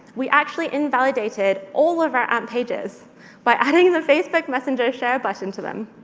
we actually invalidated all of our amp pages by adding the facebook messenger share button to them.